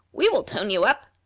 we will tone you up.